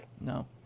No